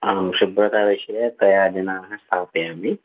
आं शुभ्रताविषये त्रयः जनाः स्थापयामि